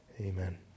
Amen